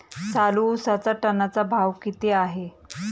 चालू उसाचा टनाचा भाव किती आहे?